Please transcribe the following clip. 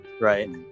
right